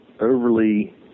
overly